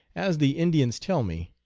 as the indians tell me,